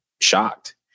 shocked